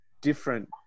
different